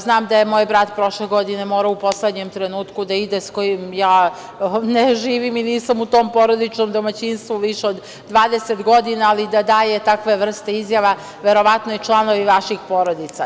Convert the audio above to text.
Znam da je moj brat prošle godine morao u poslednjem trenutku da ide, s kojim ja ne živim i nisam u tom porodičnom domaćinstvu više od 20 godina, ali da daje takve vrste izjava, a verovatno i članovi vaših porodica.